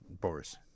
boris